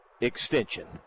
extension